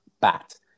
bat